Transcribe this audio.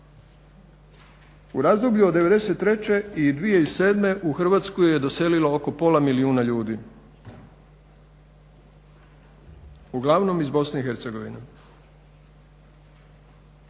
U razdoblju od '93.-2007. u Hrvatsku je doselilo oko pola milijuna ljudi, uglavnom iz BiH. U razdoblju